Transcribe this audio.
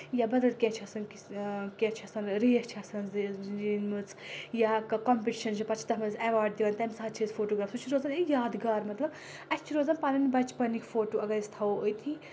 یا بَدل کینٛہہ چھِ آسان کینٛہہ چھِ آسان ریش چھِ آسان زیٖنمٕژ یا کَمپِٹِشَن چھِ پَتہٕ چھِ تَتھ منٛز ایواڈ دِوان تَمہِ ساتہٕ چھِ أسۍ فوٹو سُہ چھِ روزان یہِ یادگار مطلب اَسہِ چھِ روزان پَنٕنۍ بَچپَنٕکۍ فوٹو اَگَر أسۍ تھاوو أتھۍ